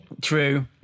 True